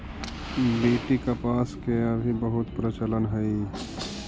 BT कपास के अभी बहुत प्रचलन हई